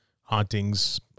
hauntings